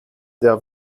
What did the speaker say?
der